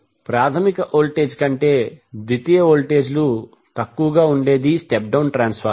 ప్రాధమిక వోల్టేజ్ కంటే ద్వితీయ వోల్టేజీలు తక్కువగా ఉండేది స్టెప్ డౌన్ ట్రాన్స్ఫార్మర్